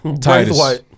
Titus